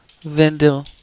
vendor